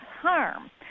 harm